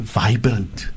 vibrant